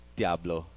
diablo